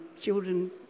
children